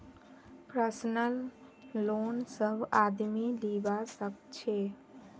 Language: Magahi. पर्सनल लोन सब आदमी लीबा सखछे